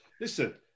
listen